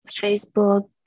Facebook